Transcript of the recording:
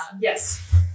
Yes